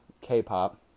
K-pop